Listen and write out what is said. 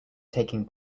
taking